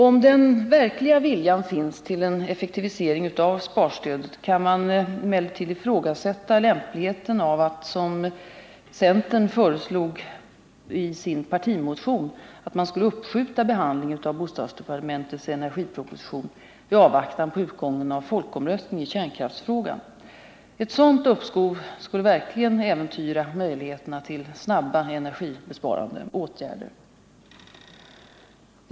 Om den verkliga viljan finns till en effektivisering av sparstödet kan man emellertid ifrågasätta lämpligheten av att — som centern föreslog i sin partimotion — uppskjuta behandlingen av bostadsdepartementets energiproposition i avvaktan på utgången av folkomröstningen i kärnkraftsfrågan. Ett sådant uppskov vore verkligen att äventyra möjligheterna till snabba energibesparande åtgärder.